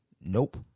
nope